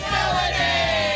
Melody